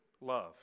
love